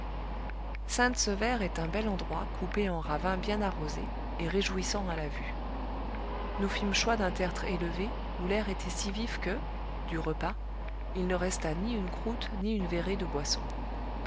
sainte sevère est un bel endroit coupé en ravins bien arrosés et réjouissant à la vue nous fîmes choix d'un tertre élevé où l'air était si vif que du repas il ne resta ni une croûte ni une verrée de boisson